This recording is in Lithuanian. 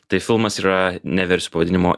tai filmas yra neversiu pavadinimo